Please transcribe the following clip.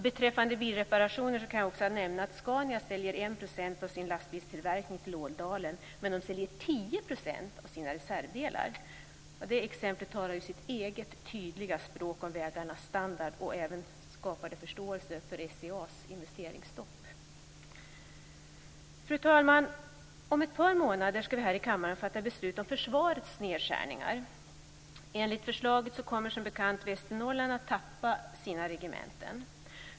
Beträffande bilreparationer kan jag också nämna att Scania säljer 1 % av sin lastbilstillverkning till Ådalen och 10 % av sina reservdelar. Det exemplet talar sitt eget tydliga språk om vägarnas standard. Det skapar även förståelse för SCA:s investeringsstopp. Fru talman! Om ett par månader ska vi här i kammaren fatta beslut om försvarets nedskärningar. Enligt förslaget kommer Västernorrland, som bekant, att tappa sina regementen.